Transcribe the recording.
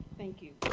thank you,